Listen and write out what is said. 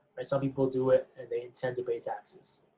some people do it and they intend to pay taxes.